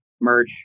merch